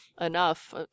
enough